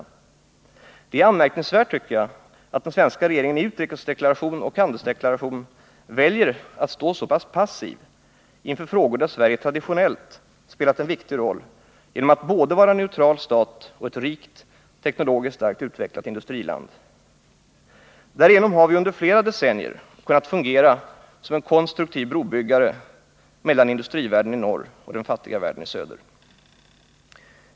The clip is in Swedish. Det är anmärkningsvärt att den svenska regeringen i utrikesdeklarationen och handelsdeklarationen väljer att stå så pass passiv inför frågor, där Sverige traditionellt spelat en viktig roll genom att både vara en neutral stat och ett rikt, teknologiskt starkt utvecklat industriland. Därigenom har vi ju under flera decennier kunnat fungera som en konstruktiv brobryggare mellan industrivärlden i norr och den fattiga världen i söder.